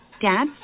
Dad